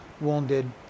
wounded